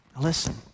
Listen